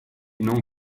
non